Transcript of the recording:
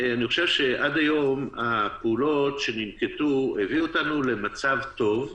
אני חושב שעד היום הפעולות שננקטו הביאו אותנו למצב טוב,